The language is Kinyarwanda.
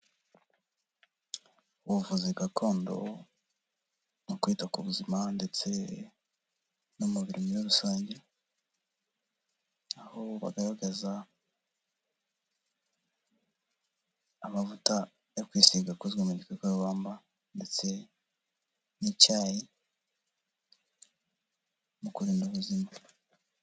Ubuvuzi gakondo mu kwita ku buzima ndetse n’umubiri muri rusange, aho bagaragaza amavuta yo kwisiga akozwe mu gikakarubamba ndetse n'icyayi mu kurinda ubuzima.